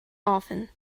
often